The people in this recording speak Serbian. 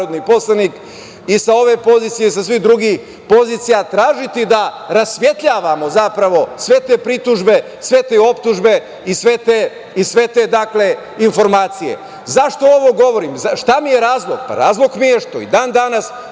i sa ove pozicije i sa svih drugih pozicija tražiti da rasvetljavamo zapravo sve te pritužbe, sve te optužbe i sve te informacije.Zašto ovo govorim? Šta mi je razlog? Pa, razlog mi je što i dan danas